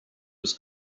was